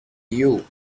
you